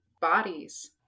bodies